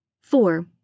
Four